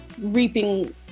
reaping